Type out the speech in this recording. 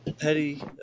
Petty